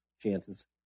chances